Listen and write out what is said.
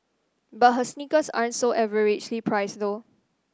but her sneakers aren't so averagely priced though